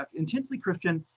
ah intensely christian,